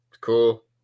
Cool